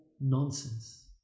nonsense